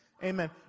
Amen